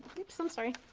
oops, i'm sorry.